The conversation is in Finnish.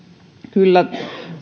kyllä